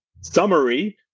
summary